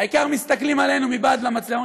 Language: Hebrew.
העיקר מסתכלים עלינו מבעד למצלמה,